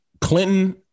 Clinton